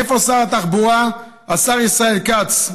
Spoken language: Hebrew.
איפה שר התחבורה, השר ישראל כץ?